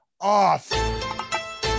off